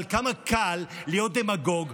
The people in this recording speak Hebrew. אבל כמה קל להיות דמגוג,